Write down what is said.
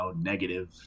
negative